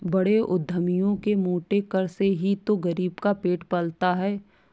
बड़े उद्यमियों के मोटे कर से ही तो गरीब का पेट पलता है